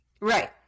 Right